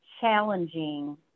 challenging